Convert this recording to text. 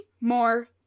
more